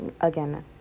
Again